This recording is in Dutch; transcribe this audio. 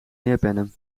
neerpennen